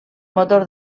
motor